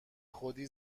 خودی